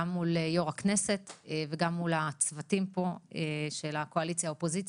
גם מול יושב-ראש הכנסת וגם מול הצוותים של הקואליציה והאופוזיציה,